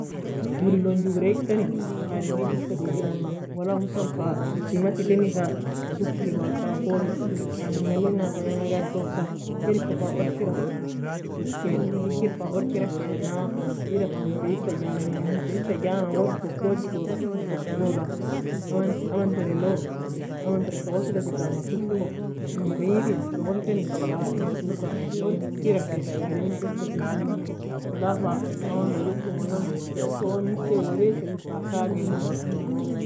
Gori elon gogra ikani ademree fa eska teagmona husan sematiy teni fa foga sokie Fa menga alina? Fa in agar toka Kedeka fa orkerakena Hiker fa orkerna? Wida fa مكيف ka ganina kokiga amn tereka wesila tekn khartoush logo In مكيف shogolokani fa in tuge ka orkira ke, ademri fa eska teaginan, fa goo eska mesie ga kagenan